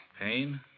Pain